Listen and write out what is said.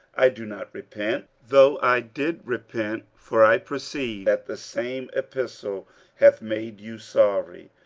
i do not repent, though i did repent for i perceive that the same epistle hath made you sorry,